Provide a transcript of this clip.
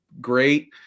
great